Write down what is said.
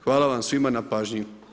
Hvala vam svima na pažnji.